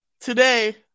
Today